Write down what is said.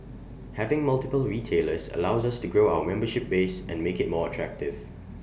having multiple retailers allows to grow our membership base and make IT more attractive